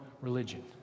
religion